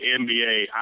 NBA